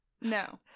No